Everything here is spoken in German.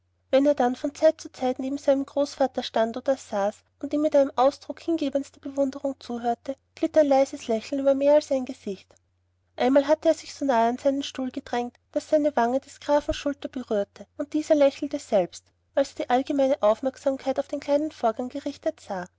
wenn er dann von zeit zu zeit neben seinem großvater stand oder saß und ihm mit dem ausdruck hingebendster bewunderung zuhörte glitt ein leises lächeln über mehr als ein gesicht einmal hatte er sich so nahe an seinen stuhl gedrängt daß seine wange des grafen schulter berührte und dieser lächelte selbst als er die allgemeine aufmerksamkeit auf den kleinen vorgang gerichtet sah